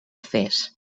fes